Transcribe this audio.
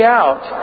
out